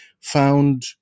found